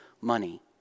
money